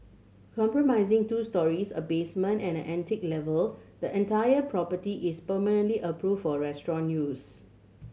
compromising two storeys a basement and an attic level the entire property is permanently approved for restaurant use